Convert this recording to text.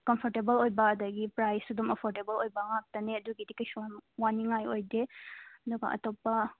comfortable ꯑꯣꯏꯕ ꯑꯗꯒꯤ ꯄ꯭ꯔꯥꯁꯁꯨ ꯑꯗꯨꯝ ꯑꯦꯐꯣꯔꯗꯦꯕꯜ ꯑꯣꯏꯕ ꯉꯥꯛꯇꯅꯦ ꯑꯗꯨꯒꯤꯗꯤ ꯀꯩꯁꯨ ꯌꯥꯝ ꯋꯥꯅꯤꯡꯉꯥꯏ ꯑꯣꯏꯗꯦ ꯑꯗꯨꯒ ꯑꯇꯣꯞꯄ